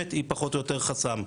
היום גם לא שואלים,